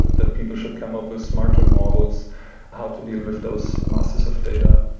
that people should come up with smarter models how to deal with those masses of data.